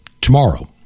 tomorrow